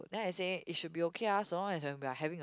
then I said it should be okay ah so long as when we are having a